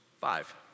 Five